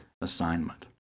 assignment